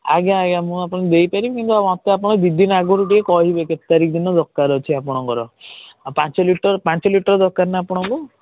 ଆଜ୍ଞା ଆଜ୍ଞା ମୁଁ ଆପଣଙ୍କୁ ଦେଇପାରିବି କିନ୍ତୁ ମୋତେ ଆପଣ ଦୁଇ ଦିନ ଆଗରୁ ଟିକେ କହିବେ କେତେ ତାରିଖ ଦିନ ଦରକାର ଅଛି ଆପଣଙ୍କର ପାଞ୍ଚ ଲିଟର ପାଞ୍ଚ ଲିଟର ଦରକାର ନା ଆପଣଙ୍କୁ